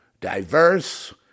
diverse